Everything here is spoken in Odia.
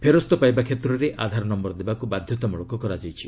ଫେରସ୍ତ ପାଇବା କ୍ଷେତ୍ରରେ ଆଧାର ନମ୍ଘର ଦେବାକୃ ବାଧ୍ୟତାମଳକ କରାଯାଇଛି